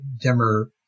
dimmer